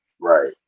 Right